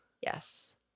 Yes